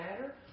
matter